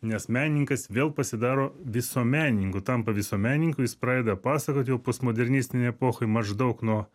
nes menininkas vėl pasidaro visuomenininku tampa visuomenininku jis pradeda pasakot jau postmodernistinėj epochoj maždaug nuo